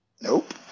Nope